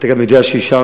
אתה גם יודע שאישרתי.